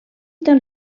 tan